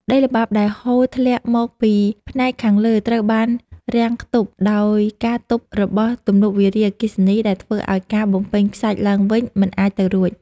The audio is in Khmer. ដីល្បាប់ដែលហូរធ្លាក់មកពីផ្នែកខាងលើត្រូវបានរាំងខ្ទប់ដោយការទប់របស់ទំនប់វារីអគ្គិសនីដែលធ្វើឱ្យការបំពេញខ្សាច់ឡើងវិញមិនអាចទៅរួច។